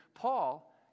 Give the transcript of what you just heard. Paul